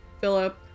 Philip